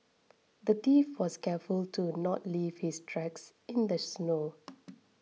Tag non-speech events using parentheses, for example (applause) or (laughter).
the thief was careful to not leave his tracks in the snow (noise)